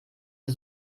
der